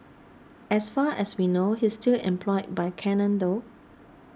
as far as we know he's still employed by Canon though